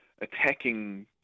attacking